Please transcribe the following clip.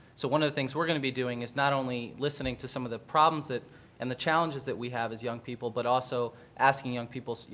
so one of the things we're going to be doing is not only listening to some of the problems and the challenges that we have as young people, but also asking young people, you